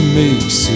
makes